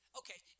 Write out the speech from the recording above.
okay